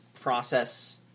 process